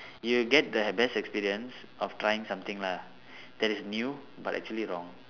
you get the best experience of trying something lah that is new but actually wrong